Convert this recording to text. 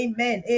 Amen